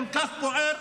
כל כך כואב,